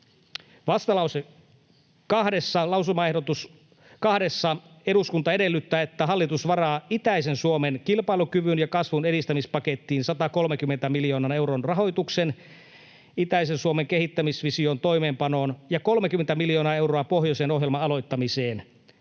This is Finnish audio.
Vastalauseen lausumaehdotus 2: ”Eduskunta edellyttää, että hallitus varaa itäisen Suomen kilpailukyvyn ja kasvun edistämispakettiin 130 miljoonan euron rahoituksen itäisen Suomen kehittämisvision toimeenpanoon ja 30 miljoonaa euroa pohjoisen ohjelman aloittamiseen.